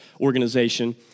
organization